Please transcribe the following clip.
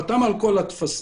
חתם על כל הטפסים,